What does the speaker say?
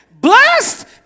Blessed